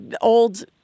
old